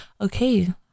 Okay